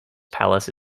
palace